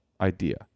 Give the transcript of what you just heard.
idea